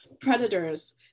predators